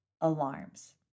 Alarms